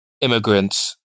immigrants